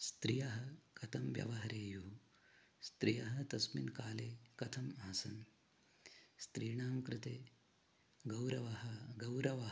स्त्रियः कथं व्यवहरेयुः स्त्रियः तस्मिन् काले कथम् आसन् स्त्रीणां कृते गौरवः गौरवः